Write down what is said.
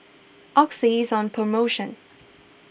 Oxy is on promotion